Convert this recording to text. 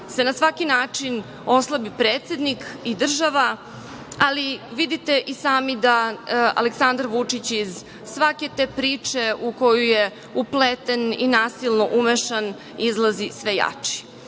se na svaki način oslabi predsednik i država. Ali, vidite i sami da Aleksandar Vučić iz svake te priče u koju je upleten i nasilno umešan izlazi sve jači. Pravi